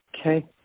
Okay